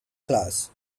class